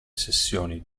sessioni